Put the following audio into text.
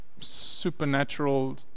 supernatural